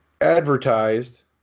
advertised